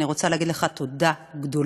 אני רוצה להגיד לך תודה גדולה.